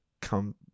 come